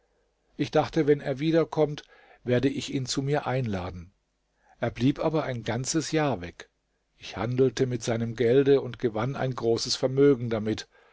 ich dachte wenn er wiederkommt werde ich ihn zu mir einladen er blieb aber ein ganzes jahr weg ich handelte mit seinem gelde und gewann ein großes vermögen damit